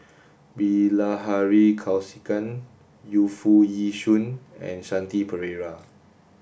Bilahari Kausikan Yu Foo Yee Shoon and Shanti Pereira